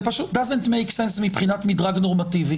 זה פשוט Doesn't make sense מבחינת מדרג נורמטיבי.